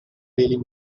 really